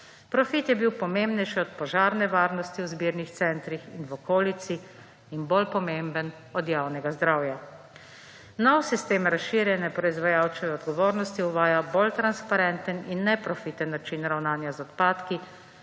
Profit je bil pomembnejši od požarne varnosti v zbirnih centrih in v okolici in bolj pomemben od javnega zdravja. Nov sistem razširjene proizvajalčeve odgovornosti uvaja bolj transparenten in neprofiten način ravnanja z odpadki,